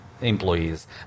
employees